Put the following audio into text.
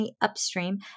Upstream